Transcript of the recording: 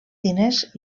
diners